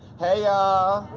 hey y'all!